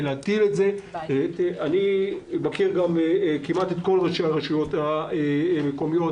אני מכיר כמעט את כל ראשי הרשויות המקומיות